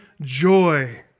joy